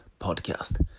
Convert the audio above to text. Podcast